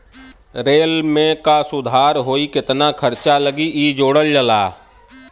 rail में का सुधार होई केतना खर्चा लगी इ जोड़ला